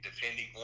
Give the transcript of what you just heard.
depending